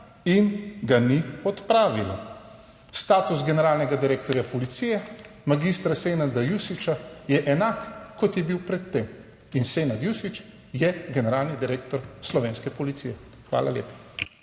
in ga ni odpravilo. Status generalnega direktorja policije mag. Senada Jusića je enak, kot je bil pred tem, in Senad Jušić je generalni direktor slovenske policije. Hvala lepa.